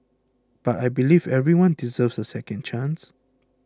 but I believe everyone deserves a second chance